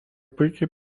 puikiai